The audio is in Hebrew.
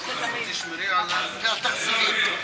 וחוץ מזה, המנות קטנות.